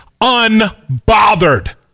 unbothered